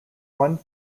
one